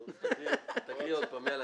תקרא עוד פעם.